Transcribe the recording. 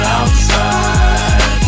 outside